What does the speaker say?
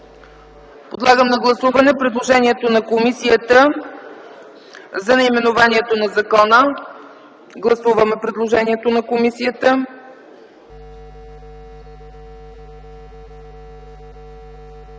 Подлагам на гласуване предложението на комисията за отпадане на § 2. Гласуваме предложението на комисията.